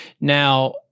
Now